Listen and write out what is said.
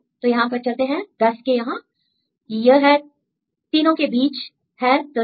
तो यहां पर चलते हैं 10 है यहां यह है इन तीनों के बीच है 13